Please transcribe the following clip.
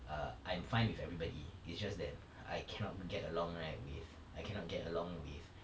err I'm fine with everybody it's just that I cannot get along right with I cannot get along with